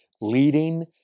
leading